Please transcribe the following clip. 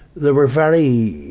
there were very,